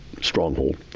stronghold